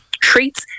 treats